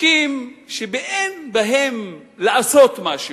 לעיסוקים שאין בהם עשייה,